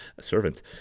servants